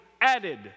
added